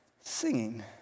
Singing